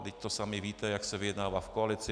Vždyť to sami víte, jak se vyjednává v koalici.